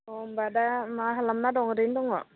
अ होनबा दा मा खालामना दं ओरैनो दङ